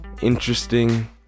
interesting